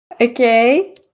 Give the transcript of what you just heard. okay